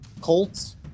Colts